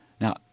Now